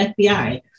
FBI